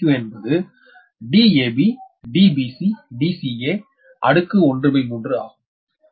Deq என்பதுe ⅓ ஆகும்